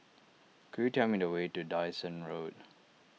could you tell me the way to Dyson Road